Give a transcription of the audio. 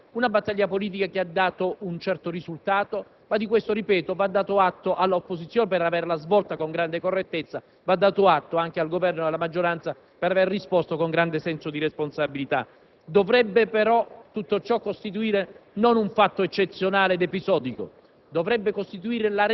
Sono queste le questioni importanti sulle quali abbiamo condotto una battaglia politica che ha dato un certo risultato. Ma di questo - ripeto - va dato atto all'opposizione per averla condotta con grande correttezza, ma anche al Governo e alla maggioranza per aver risposto con grande senso di responsabilità.